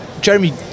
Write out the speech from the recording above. Jeremy